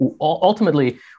Ultimately